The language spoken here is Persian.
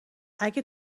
اگه